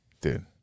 Dude